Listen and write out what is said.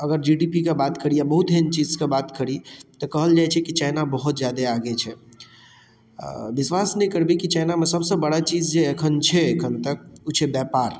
अगर G D P कऽ बात करियै बहुत एहन चीज कऽ बात करी तऽ कहल जाइत छै कि चाइना बहुत जादे आगे छै अऽ बिश्वास नहि करबै कि चाइनामे सभसँ बड़ा चीज जे एखन छै एखन तक उ छै व्यापार